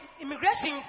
immigration